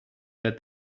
that